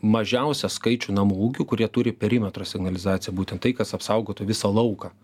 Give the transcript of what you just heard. mažiausią skaičių namų ūkių kurie turi perimetro signalizaciją būtent tai kas apsaugotų visą lauką